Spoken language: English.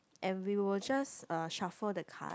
and we will just uh shuffle the card